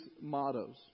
mottos